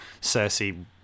Cersei